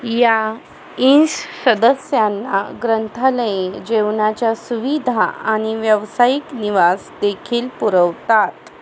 या इन्स सदस्यांना ग्रंथालये जेवणाच्या सुविधा आणि व्यावसायिक निवास देखील पुरवतात